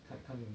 看看